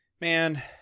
Man